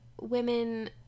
women